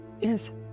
Yes